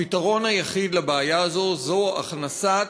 הפתרון היחיד של הבעיה הזאת הוא הכנסת